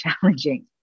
challenging